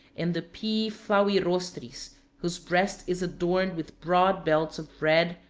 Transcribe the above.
and the p. flavirostris, whose breast is adorned with broad belts of red,